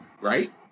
Right